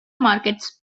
markets